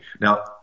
Now